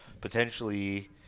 potentially –